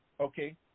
Okay